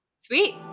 sweet